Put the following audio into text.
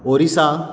Orissa